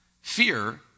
Fear